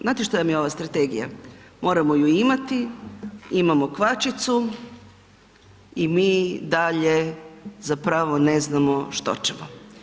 Znate šta vam je ova strategija, moramo ju imati, imamo kvačicu i mi dalje zapravo ne znamo što ćemo.